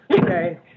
Okay